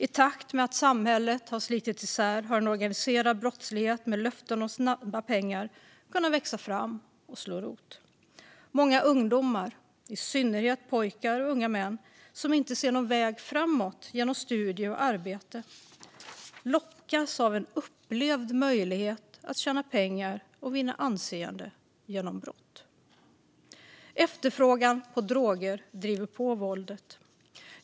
I takt med att samhället har slitits isär har en organiserad brottslighet med löften om snabba pengar kunnat växa fram och slå rot. Många ungdomar, i synnerhet pojkar och unga män, som inte ser någon väg framåt genom studier och arbete lockas av en upplevd möjlighet att tjäna pengar och vinna anseende genom brott. Efterfrågan på droger driver på våldet.